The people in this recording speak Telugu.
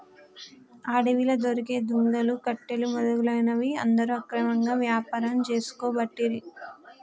అడవిలా దొరికే దుంగలు, కట్టెలు మొదలగునవి కొందరు అక్రమంగా వ్యాపారం చేసుకోబట్టిరి